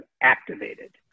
activated